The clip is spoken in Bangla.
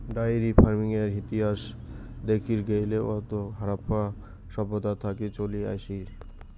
ডায়েরি ফার্মিংয়ের ইতিহাস দেখির গেইলে ওইতো হারাপ্পা সভ্যতা থাকি চলি আসির